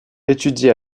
étudier